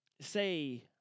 say